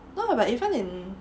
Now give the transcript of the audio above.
no but even in